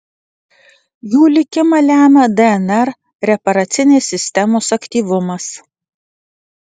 jų likimą lemia dnr reparacinės sistemos aktyvumas